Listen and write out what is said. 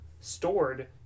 stored